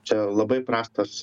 čia labai prastas